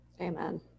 Amen